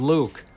Luke